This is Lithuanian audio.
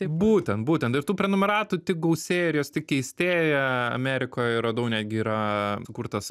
būtent būtent iš šių prenumeratų tik gausėja ir jos tik keistėje amerikoje radau netgi yra sukurtas